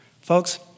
Folks